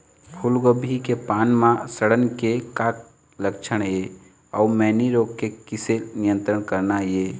फूलगोभी के पान म सड़न के का लक्षण ये अऊ मैनी रोग के किसे नियंत्रण करना ये?